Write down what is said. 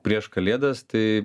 prieš kalėdas tai